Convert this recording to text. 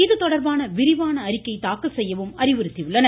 இது தொடர்பான விரிவான அறிக்கை தாக்கல் செய்யவும் அறிவுறுத்தி உள்ளனர்